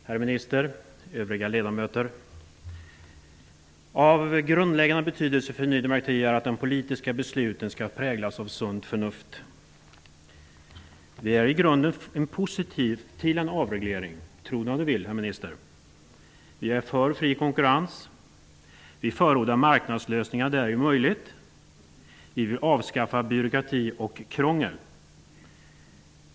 Herr talman! Herr minister! Övriga ledamöter! Av grundläggande betydelse för Ny demokrati är att de politiska besluten skall präglas av sunt förnuft. Tro det om ni vill, herr minister, men vi är i grunden positiva till en avreglering. Vi är för fri konkurrens. Vi förordar marknadslösningar där det är möjligt. Vi vill avskaffa byråkrati och krångel.